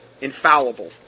Infallible